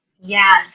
Yes